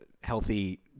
healthy